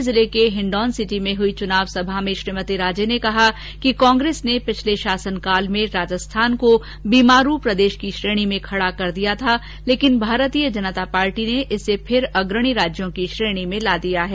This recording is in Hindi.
करौली जिले के हिण्डौनसिटी में हुई चुनावी सभा में श्रीमती राजे ने कहा कि कांग्रेस ने पिछले शासनकाल में राजस्थान को बीमारू प्रदेश की श्रेणी खड़ा कर दिया था लेकिन भारतीय जनता पार्टी ने इसे फिर अग्रणी राज्यों की श्रेणी में ला दिया है